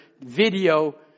video